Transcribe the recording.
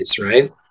right